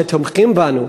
שתומכים בנו,